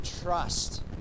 trust